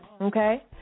Okay